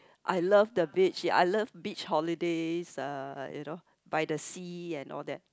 I love the beach ya I love beach holidays uh you know by the sea and all that